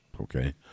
okay